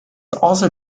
also